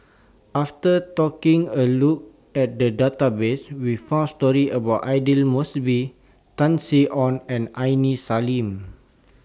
after talking A Look At The Database We found stories about Aidli Mosbit Tan Sin Aun and Aini Salim